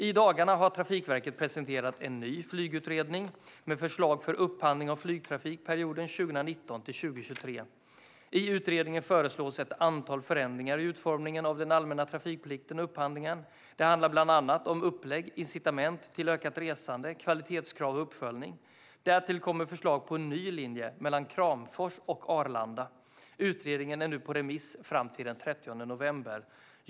I dagarna har Trafikverket presenterat en ny flygutredning med förslag för upphandling av flygtrafik under perioden 2019-2023. I utredningen föreslås ett antal förändringar i utformningen av den allmänna trafikplikten och upphandlingen. Det handlar bland annat om upplägg, incitament till ökat resande, kvalitetskrav och uppföljning. Därtill kommer förslag på en ny linje mellan Kramfors och Arlanda. Utredningen är nu på remiss fram till den 30 november.